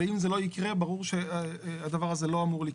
אם זה לא יקרה, ברור שהדבר הזה לא אמור לקרות.